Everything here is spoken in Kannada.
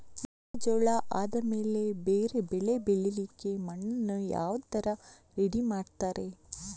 ಮೆಕ್ಕೆಜೋಳ ಆದಮೇಲೆ ಬೇರೆ ಬೆಳೆ ಬೆಳಿಲಿಕ್ಕೆ ಮಣ್ಣನ್ನು ಯಾವ ತರ ರೆಡಿ ಮಾಡ್ತಾರೆ?